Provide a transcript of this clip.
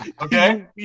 Okay